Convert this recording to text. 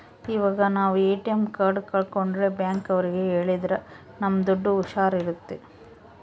ಇವಾಗ ನಾವ್ ATM card ಕಲ್ಕೊಂಡ್ರೆ ಬ್ಯಾಂಕ್ ಅವ್ರಿಗೆ ಹೇಳಿದ್ರ ನಮ್ ದುಡ್ಡು ಹುಷಾರ್ ಇರುತ್ತೆ